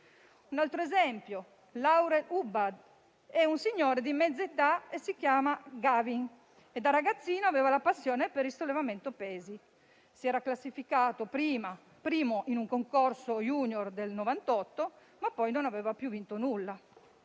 è rappresentato da Laurel Hubbard, un signore di mezza età, nato Gavin, che da ragazzino aveva la passione per il sollevamento pesi. Si era classificato primo in un concorso *junior* del 1998, ma poi non aveva più vinto nulla.